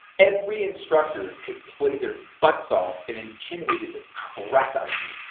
every instructor could play their butts off and intimidated the crap out of you,